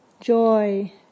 joy